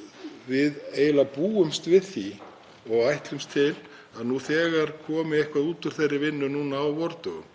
eiginlega við því og ætlumst til að það komi eitthvað út úr þeirri vinnu núna á vordögum